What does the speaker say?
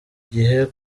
gihe